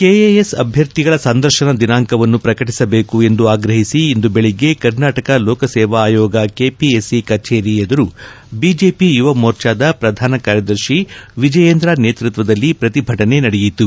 K A S ಅಭ್ಯರ್ಥಿಗಳ ಸಂದರ್ಶನ ದಿನಾಂಕವನ್ನು ಪ್ರಕಟಿಸಬೇಕು ಎಂದು ಆಗ್ರಹಿಸಿ ಇಂದು ಬೆಳಗ್ಗೆ ಕರ್ನಾಟಕ ಲೋಕಸೇವಾ ಆಯೋಗ ಕೆಪಿಎಸ್ಸಿ ಕಚೇರಿ ಎದುರು ಬಿಜೆಪಿ ಯುವ ಮೋರ್ಚಾದ ಪ್ರಧಾನ ಕಾರ್ಯದರ್ಶಿ ವಿಜಯೇಂದ್ರ ನೇತೃತ್ವದಲ್ಲಿ ಪ್ರತಿಭಟನೆ ನಡೆಯಿತು